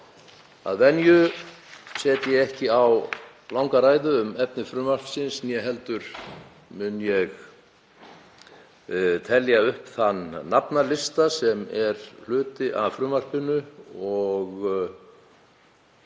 Að venju set ég hvorki á langa ræðu um efni frumvarpsins né heldur mun ég telja upp þann nafnalista sem er hluti af frumvarpinu og hv.